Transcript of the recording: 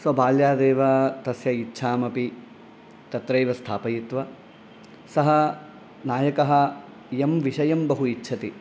सः बाल्यादेव तस्य इच्छामपि तत्रैव स्थापयित्वा सः नायकः यं विषयं बहु इच्छति